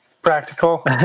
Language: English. Practical